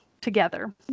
together